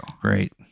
great